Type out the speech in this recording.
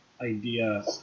idea